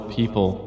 people